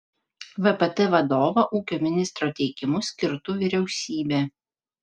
vpt vadovą ūkio ministro teikimu skirtų vyriausybė